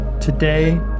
Today